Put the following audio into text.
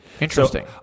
Interesting